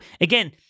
Again